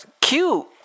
cute